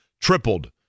tripled